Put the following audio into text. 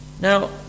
Now